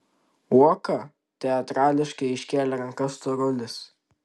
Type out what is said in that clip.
uoka teatrališkai iškėlė rankas storulis